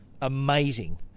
amazing